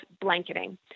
blanketing